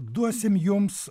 duosim jums